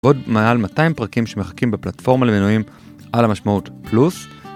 עוד מעל 200 פרקים שמחכים בפלטפורמה למינויים על המשמעות פלוס.